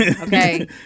Okay